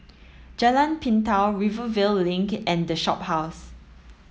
Jalan Pintau Rivervale Link and the Shophouse